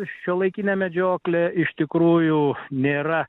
šiuolaikinė medžioklė iš tikrųjų nėra